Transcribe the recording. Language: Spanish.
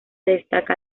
destaca